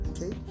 Okay